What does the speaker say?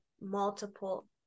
multiple